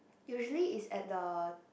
usually is at the